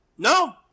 No